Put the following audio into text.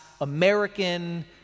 American